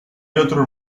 otros